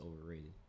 overrated